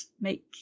make